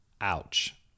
Ouch